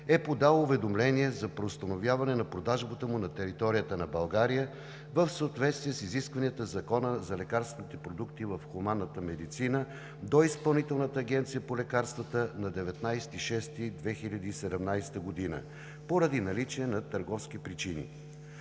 е подал уведомление за преустановяване на продажбата му на територията на България, в съответствие с изискванията в Закона за лекарствените продукти в хуманната медицина, до Изпълнителната агенция по лекарствата на 19 юни 2017 г. поради наличие на търговски причини.